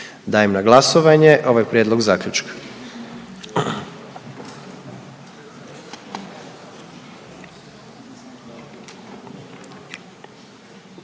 Dajem na glasovanje Prijedlog odluke